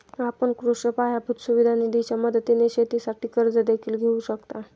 आपण कृषी पायाभूत सुविधा निधीच्या मदतीने शेतीसाठी कर्ज देखील घेऊ शकता